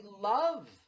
love